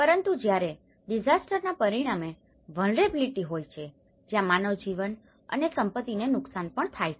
પરંતુ જ્યારે ડીઝાસ્ટરના પરિણામે વલ્નરેબીલીટી ઓ હોય છે જ્યાં માનવ જીવન અને સંપત્તિને નુકસાન પણ થાય છે